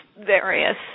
various